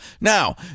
Now